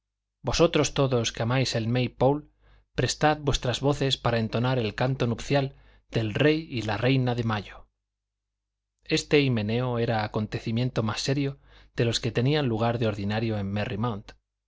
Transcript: vosotros todos que amáis el may pole prestad vuestras voces para entonar el canto nupcial del rey y la reina de mayo este himeneo era acontecimiento más serio de los que tenían lugar de ordinario en merry mount